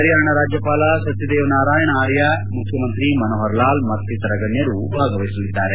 ಹರ್ಯಾಣ ರಾಜ್ಯಪಾಲ ಸತ್ವದೇವ್ ನಾರಾಯಣ ಆರ್ಯ ಮುಖ್ಯಮಂತ್ರಿ ಮನೋಹರಲಾಲ್ ಮತ್ತು ಇತರ ಗಣ್ಣರು ಭಾಗವಹಿಸಲಿದ್ದಾರೆ